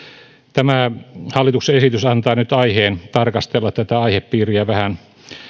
tämä hallituksen esitys antaa nyt aiheen tarkastella tätä aihepiiriä vähän